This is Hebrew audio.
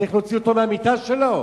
צריך להוציא אותו מהמיטה שלו?